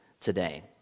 today